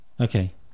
Okay